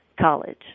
college